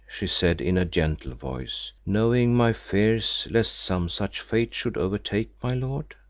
she said in a gentle voice, knowing my fears lest some such fate should overtake my lord.